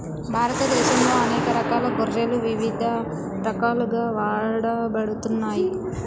భారతదేశంలో అనేక రకాల గొర్రెలు ఇవిధ రకాలుగా వాడబడుతున్నాయి